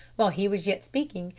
while he was yet speaking,